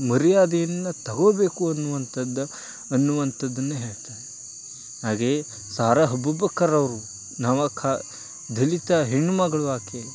ಮರ್ಯಾದೆಯನ್ನು ತಗೋಬೇಕು ಅನ್ನುವಂಥದ್ದು ಅನ್ನುವಂಥದ್ದನ್ನು ಹೇಳ್ತಾರೆ ಹಾಗೇ ಸಾರಾ ಅಬುಬಕ್ಕರವ್ರು ನವ ಕಾ ದಲಿತ ಹೆಣ್ಮಗಳು ಆಕೆ